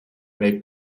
make